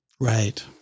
Right